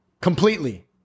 completely